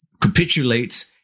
capitulates